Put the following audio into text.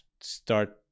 start